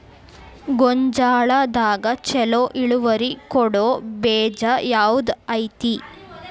ಗೊಂಜಾಳದಾಗ ಛಲೋ ಇಳುವರಿ ಕೊಡೊ ಬೇಜ ಯಾವ್ದ್ ಐತಿ?